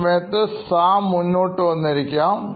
ആ സമയത്ത് സാംമുന്നോട്ടു വന്നിരിക്കാം